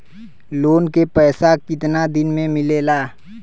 Loan के पैसा कितना दिन मे मिलेला?